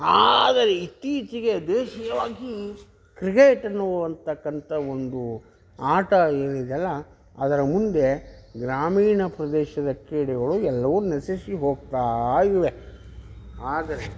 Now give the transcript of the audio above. ಆದರೆ ಇತ್ತೀಚೆಗೆ ದೇಶೀಯವಾಗಿ ಕ್ರಿಕೇಟ್ ಅನ್ನುವಂತಕ್ಕಂಥ ಒಂದು ಆಟ ಏನಿದೆಯಲ್ಲ ಅದರ ಮುಂದೆ ಗ್ರಾಮೀಣ ಪ್ರದೇಶದ ಕ್ರೀಡೆಗಳು ಎಲ್ಲವು ನಶಿಸಿ ಹೋಗ್ತಾ ಇವೆ ಆದರೆ